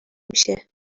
میشه